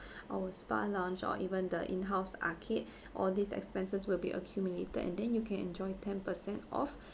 our spa lounge or even the in house arcade all these expenses will be accumulated and then you can enjoy ten percent off